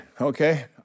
okay